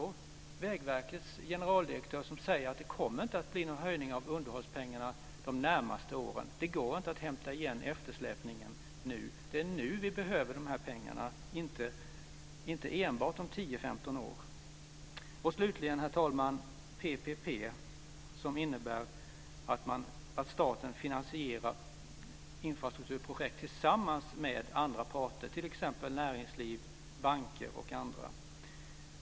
Är det Vägverkets generaldirektör, som säger att det inte kommer att bli någon höjning av underhållspengarna de närmaste åren och att det inte går att hämta igen eftersläpningen nu? Det är nu vi behöver de här pengarna, inte enbart om 10-15 år. Slutligen, herr talman, innebär PPP att staten finansierar infrastrukturprojekt tillsammans med andra parter, t.ex. näringsliv, banker och andra.